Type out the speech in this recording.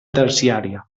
terciària